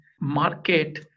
market